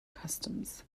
customs